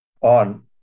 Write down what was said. on